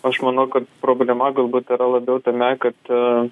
aš manau kad problema galbūt yra labiau tame kad